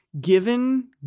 given